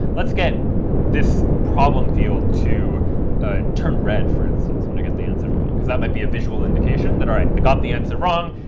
let's get this problem field to turn red, for instance, when i get the answer wrong, because that might be a visual indication that all right, i got the answer wrong.